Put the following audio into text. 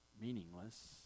meaningless